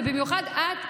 ובמיוחד את,